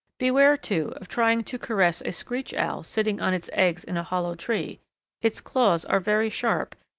beware, too, of trying to caress a screech owl sitting on its eggs in a hollow tree its claws are very sharp,